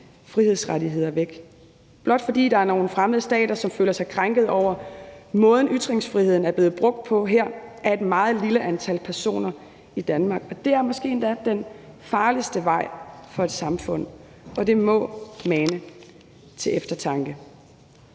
frihedsrettigheder væk, blot fordi der er nogle fremmede stater, som føler sig krænket over måden, ytringsfriheden er blevet brugt på af et meget lille antal personer i Danmark. Det er måske endda den farligste vej for et samfund at gå, og det må mane til eftertanke.